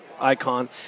icon